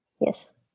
Yes